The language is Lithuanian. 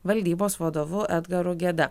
valdybos vadovu edgaru geda